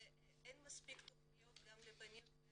אבל אין מספיק תכניות גם לבנים.